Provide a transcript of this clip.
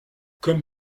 comme